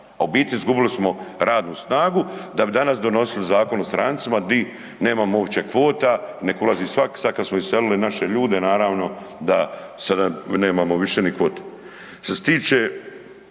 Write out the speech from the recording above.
a u biti izgubili smo radnu snagu da bi danas donosili Zakon o strancima di nemamo uopće kvota, nek ulazi svak, sad kad smo iselili naše ljude naravno da sada nemamo više ni kvote. Što se tiče